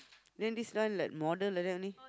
then this one like modern like that only